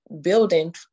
building